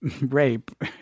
rape